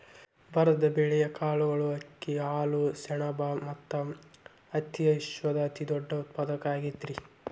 ಭಾರತ ಬೇಳೆ, ಕಾಳುಗಳು, ಅಕ್ಕಿ, ಹಾಲು, ಸೆಣಬ ಮತ್ತ ಹತ್ತಿಯ ವಿಶ್ವದ ಅತಿದೊಡ್ಡ ಉತ್ಪಾದಕ ಆಗೈತರಿ